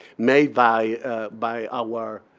made by by our